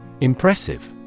Impressive